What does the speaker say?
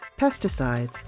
pesticides